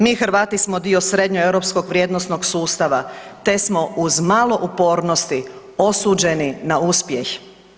Mi Hrvati smo dio srednjoeuropskog vrijednosnog sustava te smo uz malo upornosti, osuđeni na uspjeh.